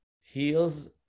heals